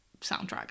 soundtrack